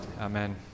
amen